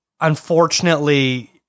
unfortunately